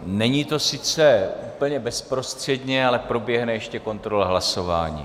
Není to sice úplně bezprostředně, ale proběhne ještě kontrola hlasování.